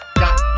got